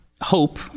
hope